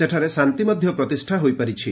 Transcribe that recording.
ସେଠାରେ ଶାନ୍ତି ପ୍ରତିଷ୍ଠା ହୋଇପାରିଛି